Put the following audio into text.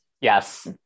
Yes